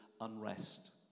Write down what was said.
unrest